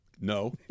No